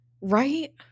Right